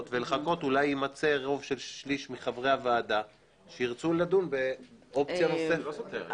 ולחכות אולי יימצא שליש מחברי הוועדה שירצו לדון באופציה נוספת.